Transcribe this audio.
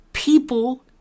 People